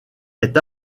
est